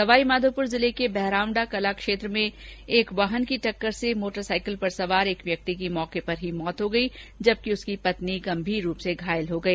सवाईमाधोपुर जिले के बहरावंडा कला क्षेत्र में एक वाहन की टक्कर से मोटरसाइकिल पर सवार एक व्यक्ति की मौके पर ही मौत हो गई जबकि उसकी पत्नी गंभीर रूप से घायल हो गई